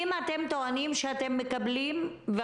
אם אתם טוענים שאתם מקבלים תקציבים נוספים,